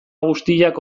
guztiak